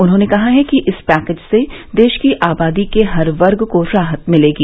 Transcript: उन्होंने कहा कि इस पैकेज से देश की आबादी के हर वर्ग को राहत मिलेगी